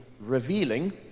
revealing